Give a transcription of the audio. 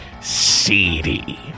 Seedy